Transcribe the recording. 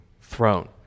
throne